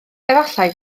efallai